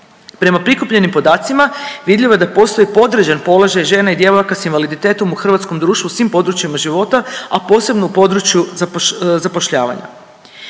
Prema prikupljenim podacima vidljivo je da postoji podređen položaj žena i djevojaka s invaliditetom u hrvatskoj društvu u svim područjima života, a posebno u području zapošljavanja.